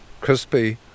crispy